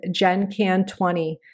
GenCan20